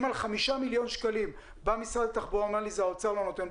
אם על 5 מיליון שקלים בא משרד התחבורה ואומר לי: האוצר לא נותן,